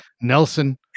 Nelson